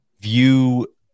view